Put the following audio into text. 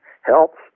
helps